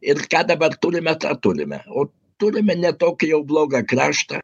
ir ką dabar turime tą turime o turime ne tokį jau blogą kraštą